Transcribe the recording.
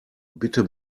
bitte